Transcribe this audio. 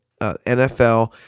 NFL